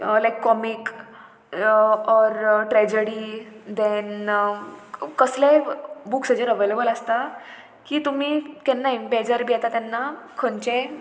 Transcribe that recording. like comic or tragedy then कसलेय बुक्साचेर available आसता की तुमी केन्ना इम्पॅजर बी येता तेन्ना खंयचे